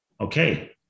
Okay